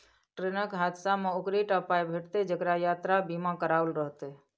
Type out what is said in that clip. ट्रेनक हादसामे ओकरे टा पाय भेटितै जेकरा यात्रा बीमा कराओल रहितै